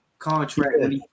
contract